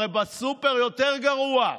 הרי בסופר יותר גרוע.